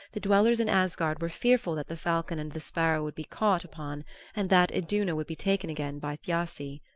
the dwellers in asgard were fearful that the falcon and the sparrow would be caught upon and that iduna would be taken again by thiassi.